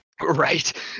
Right